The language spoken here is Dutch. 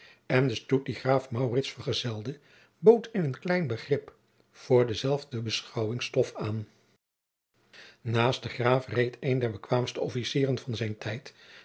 en de stoet die graaf maurits vergezelde bood in een klein begrip voor dezelfde beschouwing stof aan naast den graaf reed een der bekwaamste officieren van zijn tijd